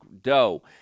dough